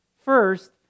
first